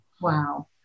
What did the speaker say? wow